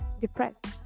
depressed